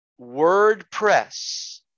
WordPress